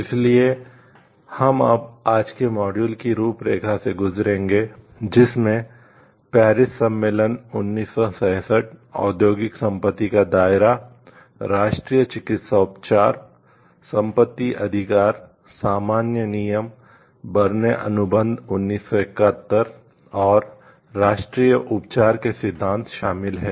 इसलिए हम अब आज के मॉड्यूल सम्मेलन 1967 औद्योगिक संपत्ति का दायरा राष्ट्रीय चिकित्सा उपचार संपत्ति अधिकार सामान्य नियम बर्ने अनुबंध 1971 और राष्ट्रीय उपचार के सिद्धांत शामिल हैं